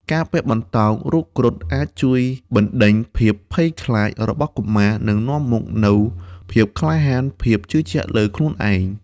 ការពាក់បន្តោងរូបគ្រុឌអាចជួយបណ្ដេញភាពភ័យខ្លាចរបស់កុមារ និងនាំមកនូវភាពក្លាហាន ភាពជឿជាក់លើខ្លួនឯង។